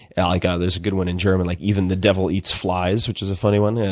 and like ah there's a good one in german like, even the devil eats flies, which is a funny one,